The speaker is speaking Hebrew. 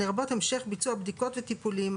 לרבות המשך ביצוע בדיקות וטיפולים,